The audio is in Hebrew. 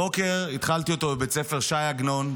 את הבוקר התחלתי בבית ספר ש"י עגנון,